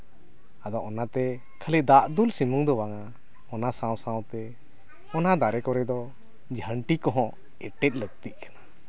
ᱟᱫᱚ ᱚᱱᱟᱛᱮ ᱠᱷᱟᱹᱞᱤ ᱫᱟᱜ ᱠᱷᱟᱹᱞᱤ ᱥᱩᱢᱩᱱ ᱫᱚ ᱵᱟᱝᱟ ᱚᱱᱟ ᱥᱟᱶ ᱥᱟᱶᱛᱮ ᱚᱱᱟ ᱫᱟᱨᱮ ᱠᱚᱨᱮ ᱫᱚ ᱡᱷᱟᱱᱴᱤ ᱠᱚᱦᱚᱸ ᱮᱴᱮᱫ ᱞᱟᱹᱠᱛᱤᱜ ᱠᱟᱱᱟ